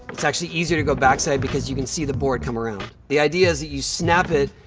it's actually easier to go back side because you can see the board come around. the idea is that you snap it,